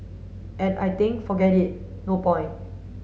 and I think forget it no point